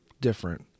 different